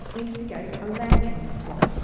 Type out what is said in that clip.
instigate a land-tenure swap.